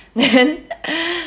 then